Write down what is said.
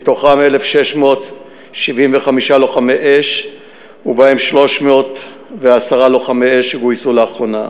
מתוכם 1,675 לוחמי אש ובהם 310 לוחמי אש שגויסו לאחרונה.